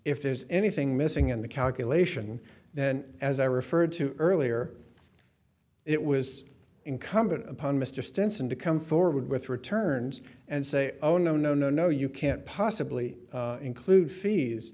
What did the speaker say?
if there's anything missing in the calculation then as i referred to earlier it was incumbent upon mr stenson to come forward with returns and say oh no no no no you can't possibly include fees